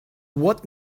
what